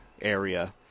area